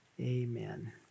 amen